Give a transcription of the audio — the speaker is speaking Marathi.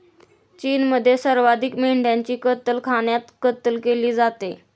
चीनमध्ये सर्वाधिक मेंढ्यांची कत्तलखान्यात कत्तल केली जाते